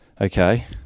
okay